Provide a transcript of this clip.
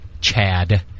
Chad